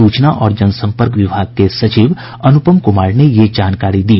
सूचना और जनसंपर्क विभाग के सचिव अनुपम कुमार ने यह जानकारी दी